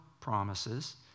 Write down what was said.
promises